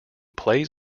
plays